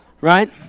right